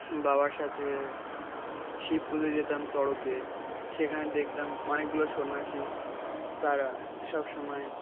বাবার সাথে শিব পুজো যেতাম চড়কে সেখানে দেখতাম অনেকগুলো সন্ন্যাসী তারা সব সময়